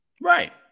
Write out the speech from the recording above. right